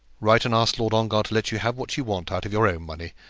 write and ask lord ongar to let you have what you want out of your own money.